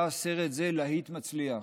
היה סרט זה להיט מצליח.